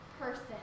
person